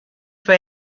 for